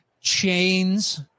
chains